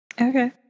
Okay